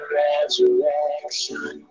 resurrection